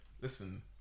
listen